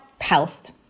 health